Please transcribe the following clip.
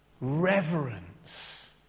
reverence